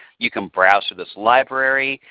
you can browse through this library.